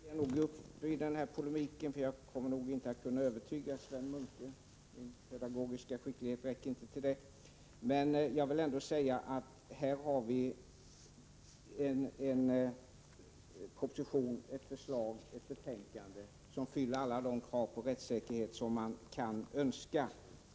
Herr talman! Jag ger uppi den här polemiken, för jag kommer nog inte att kunna övertyga Sven Munke; min pedagogiska skicklighet räcker inte till det. Men här har vi i proposition och betänkande ett förslag som fyller alla krav på rättssäkerhet som man kan ställa.